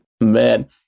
Man